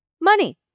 Money